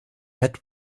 had